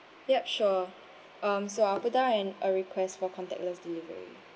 yup sure um so I'll put down an a request for contactless delivery